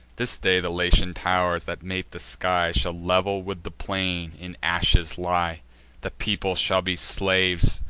this day the latian tow'rs, that mate the sky, shall level with the plain in ashes lie the people shall be slaves,